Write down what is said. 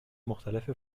مختلف